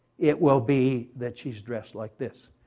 it will be that she's dressed like this.